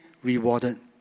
Rewarded